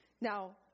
Now